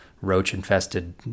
roach-infested